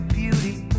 beauty